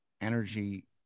energy